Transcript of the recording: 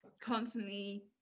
constantly